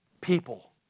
people